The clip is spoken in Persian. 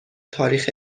تاریخ